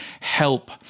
help